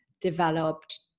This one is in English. developed